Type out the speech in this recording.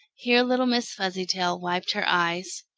here little miss fuzzytail wiped her eyes.